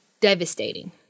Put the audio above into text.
devastating